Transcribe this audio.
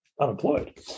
unemployed